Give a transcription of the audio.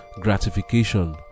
gratification